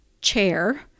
chair